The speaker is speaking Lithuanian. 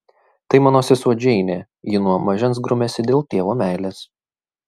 tai mano sesuo džeinė ji nuo mažens grumiasi dėl tėvo meilės